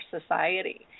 society